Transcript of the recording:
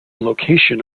location